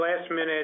last-minute